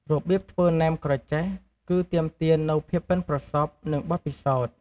របៀបធ្វើណែមក្រចេះ គឺទាមទារនូវភាពប៉ិនប្រសប់ និងបទពិសោធន៍។